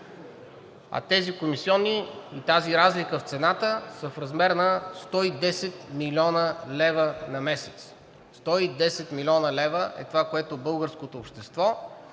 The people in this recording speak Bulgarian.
А тези комисиони и тази разлика в цената са в размер на 110 млн. лв. на месец. 110 млн. лв. е това, което българското общество